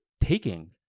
taking